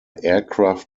aircraft